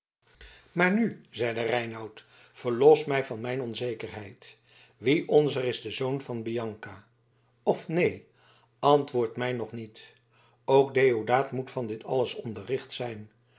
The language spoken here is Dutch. maar nu zeide reinout verlos mij van mijn onzekerheid wie onzer is de zoon van bianca of neen antwoord mij nog niet ook deodaat moet van dit alles onderricht zijn